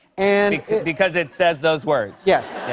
and because it says those words. yes.